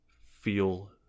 feel